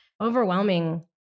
overwhelming